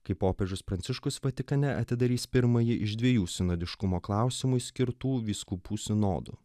kai popiežius pranciškus vatikane atidarys pirmąjį iš dviejų sinodiškumo klausimui skirtų vyskupų sinodų